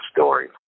story